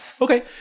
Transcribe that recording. Okay